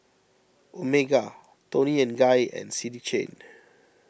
Omega Toni and Guy and City Chain